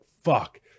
fuck